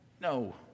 No